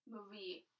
Movie